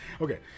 Okay